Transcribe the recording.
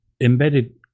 embedded